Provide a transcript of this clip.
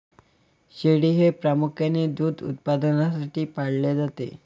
शेळी हे प्रामुख्याने दूध उत्पादनासाठी पाळले जाते